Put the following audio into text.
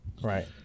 Right